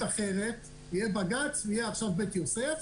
אחרת יהיה בג"ץ ויהיה עכשיו בית יוסף,